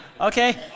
okay